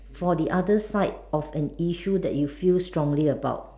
for the other side of an issue that you feel strongly about